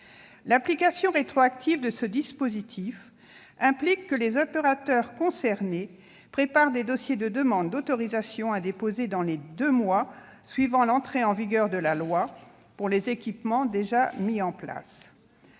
L'application rétroactive de ce dispositif implique que les opérateurs concernés doivent préparer des dossiers de demande d'autorisation à déposer dans les deux mois suivant l'entrée en vigueur de la loi pour les équipements déjà mis en place.